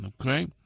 Okay